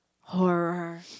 Horror